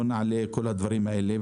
לא נעלה את כל הדברים האלה.